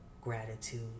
gratitude